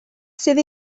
sydd